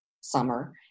summer